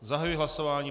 Zahajuji hlasování.